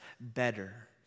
better